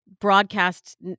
broadcast